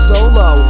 Solo